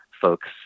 folks